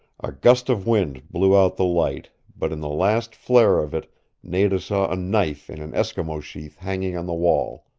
a gust of wind blew out the light, but in the last flare of it nada saw a knife in an eskimo sheath hanging on the wall.